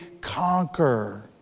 conquer